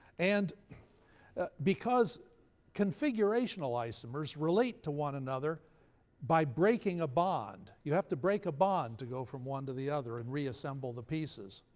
and because configurational isomers relate to one another by breaking a bond. you have to break a bond to go from one to the other and reassemble the pieces.